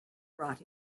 rot